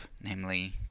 namely